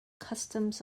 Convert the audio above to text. customs